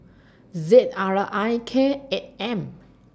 Z R I K eight M